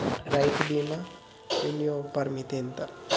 రైతు బీమా వయోపరిమితి ఎంత?